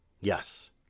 Yes